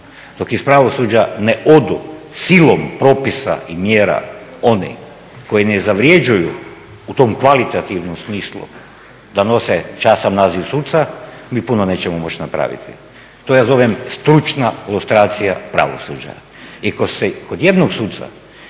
dok iz pravosuđa ne odu silom propisa i mjera oni koji ne zavređuju u tom kvalitativnom smislu da nose častan naziv suca, mi puno nećemo moći napraviti. To ja zovem stručna lustracija pravosuđa. I kad se kod jednog suca